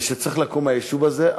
וצריך לקום היישוב הזה,